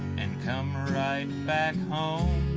and, come riding back home